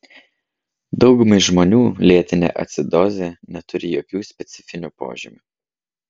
daugumai žmonių lėtinė acidozė neturi jokių specifinių požymių